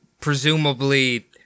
presumably